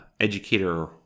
educator